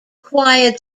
choir